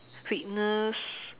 fitness